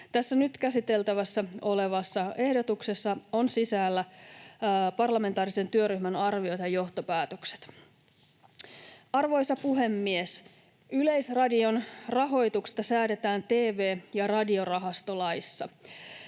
Tässä nyt käsiteltävänä olevassa ehdotuksessa on sisällä parlamentaarisen työryhmän arviot ja johtopäätökset. Arvoisa puhemies! Yleisradion rahoituksesta säädetään tv‑ ja radiorahastolaissa.